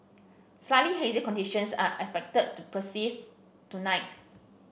slightly hazy conditions are expected to persist tonight